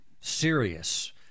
serious